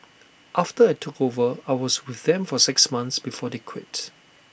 after I took over I was with them for six months before they quit